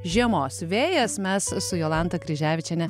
žiemos vėjas mes su jolanta kryževičiene